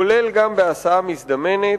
כולל הסעה מזדמנת,